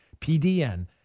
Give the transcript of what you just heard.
PDN